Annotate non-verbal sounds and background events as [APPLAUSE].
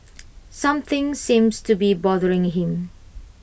[NOISE] something seems to be bothering him